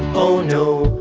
oh no,